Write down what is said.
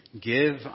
give